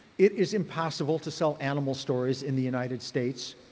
it is impossible to sell animal stories in the united states,